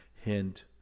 Hint